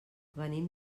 venim